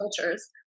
cultures